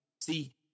See